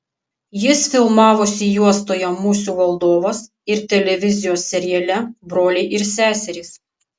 jis filmavosi juostoje musių valdovas ir televizijos seriale broliai ir seserys